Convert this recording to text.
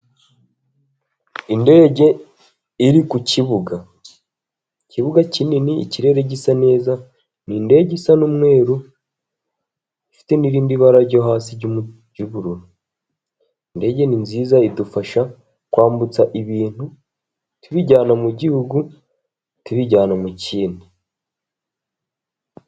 ndege iri ku kibuga ikibuga kinini ikirere gisa neza, ni indege isa n'umweruru, ifite n'irindi bara ryo hasi ry'umu ryubururu. Indege ni nziza idufasha kwambutsa ibintu tubijyana mu gihugu tubijyana mu kindi.